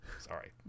sorry